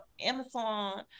Amazon